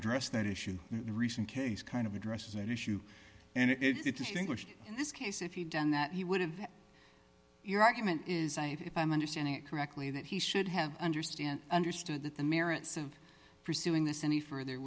address that issue the recent case kind of addresses that issue and it's think this case if you'd done that you would have your argument is i if i'm understanding it correctly that he should have understand understood that the merits of pursuing this any further